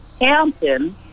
Hampton